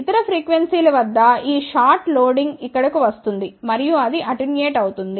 ఇతర ఫ్రీక్వెన్సీల వద్ద ఈ షార్ట్ లోడింగ్ ఇక్కడకు వస్తుంది మరియు అది అటెన్యూట్ అవుతుంది